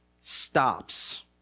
stops